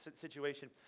situation